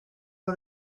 own